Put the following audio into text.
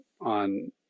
on